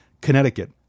Connecticut